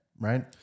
right